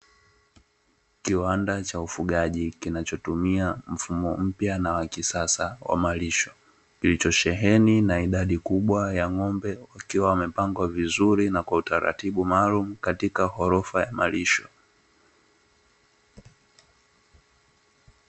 Kiwanda cha ufugaji kinachotumia mfumo mpya na wa kisasa wa malisho, kilichosheheni na idadi kubwa ya ng'ombe wakiwa wamepangwa vizuri kwa utaratibu maalumu katika ghorofa ya malisho.